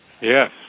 yes